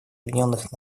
объединенных